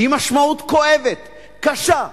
היא משמעות כואבת, קשה,